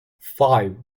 five